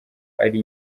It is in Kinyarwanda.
ari